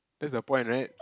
that's the point [right]